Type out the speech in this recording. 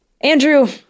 Andrew